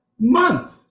month